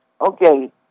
Okay